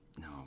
No